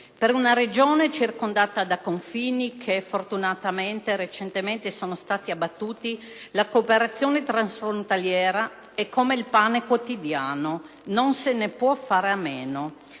Per una Regione circondata da confini, che fortunatamente di recente sono stati abbattuti, la cooperazione transfrontaliera è come il pane quotidiano: non se ne può fare a meno,